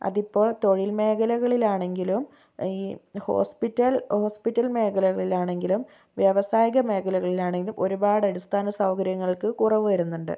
അതിപ്പോൾ തൊഴിൽ മേഖലകളിലാണെങ്കിലും ഈ ഹോസ്പിറ്റൽ ഹോസ്പിറ്റൽ മേഖലകളിലാണെങ്കിലും വ്യവസായിക മേഖലകളിലാണെങ്കിലും ഒരുപാട് അടിസ്ഥാന സൗകര്യങ്ങൾക്ക് കുറവ് വരുന്നുണ്ട്